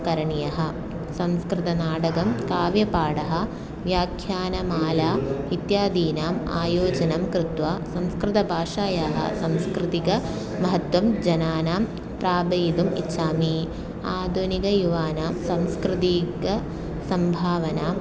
करणीयः संस्कृतनाटकं काव्यपाठः व्याख्यानमाला इत्यादीनाम् आयोजनं कृत्वा संस्कृतभाषायाः संस्कृतिकमहत्त्वं जनानां प्रापयितुम् इच्छामि आधुनिकयुवानां सांस्कृतिकसम्भावनाम्